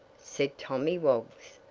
said tommy woggs.